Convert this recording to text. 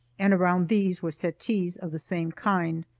and around these were settees of the same kind.